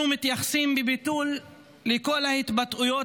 אנחנו מתייחסים בביטול לכל ההתבטאויות